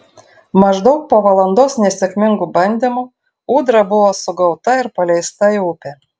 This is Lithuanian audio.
maždaug po valandos nesėkmingų bandymų ūdra buvo sugauta ir paleista į upę